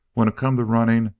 when it come to running,